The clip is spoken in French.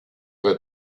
vingt